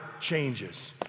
changes